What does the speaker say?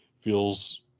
feels